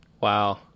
wow